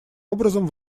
образом